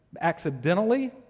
accidentally